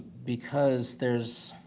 because there's